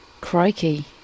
Crikey